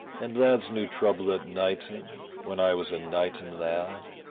and lads knew trouble at knighton when i was a knighton lad.